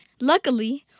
Luckily